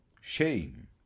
Shame